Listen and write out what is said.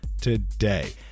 today